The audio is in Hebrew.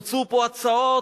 הוצעו פה הצעות